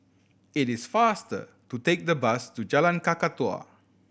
it is faster to take the bus to Jalan Kakatua